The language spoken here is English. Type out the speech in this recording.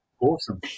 Awesome